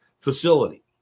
facility